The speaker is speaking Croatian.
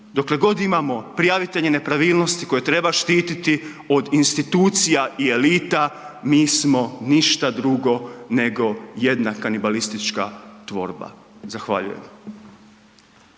Dokle god imamo prijavitelje nepravilnosti koje treba štititi od institucija i elita mi smo ništa drugo nego jedna kanibalistička tvorba. Zahvaljujem.